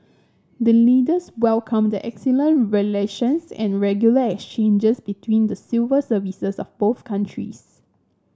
the Leaders welcomed the excellent relations and regular exchanges between the civil services of both countries